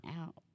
out